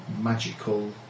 magical